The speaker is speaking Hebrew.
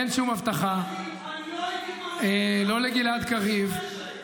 אין שום הבטחה, לא לגלעד קריב,